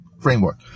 framework